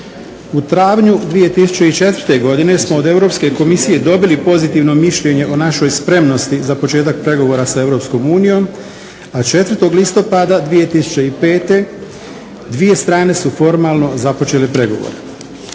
U travnju 2004. godine smo od Europske komisije dobili pozitivno mišljenje o našoj spremnosti za početak pregovora sa EU, a 4. listopada 2005. dvije strane su formalno započele pregovore.